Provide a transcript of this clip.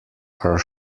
are